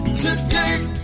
today